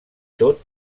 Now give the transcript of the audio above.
tot